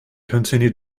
continue